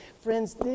Friends